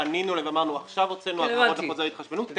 פנינו ואמרנו שעכשיו הוצאנו הבהרות להתחשבנות.